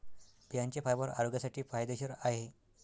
बियांचे फायबर आरोग्यासाठी फायदेशीर आहे